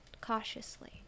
cautiously